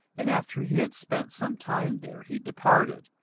and after he had spent some time there, he departed,